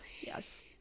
Yes